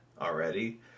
already